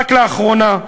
רק לאחרונה,